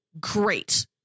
great